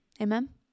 Amen